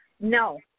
no